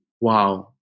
Wow